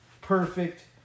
perfect